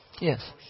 Yes